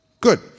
Good